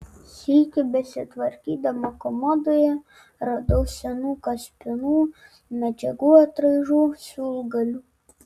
sykį besitvarkydama komodoje radau senų kaspinų medžiagų atraižų siūlgalių